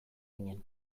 ginen